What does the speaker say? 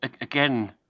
again